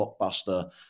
blockbuster